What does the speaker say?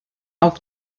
auf